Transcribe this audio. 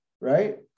Right